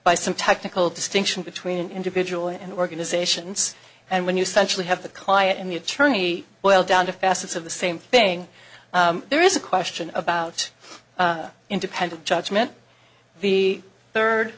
by some technical distinction between an individual and organizations and when you centrally have the client and the attorney boil down to facets of the same thing there is a question about independent judgment the third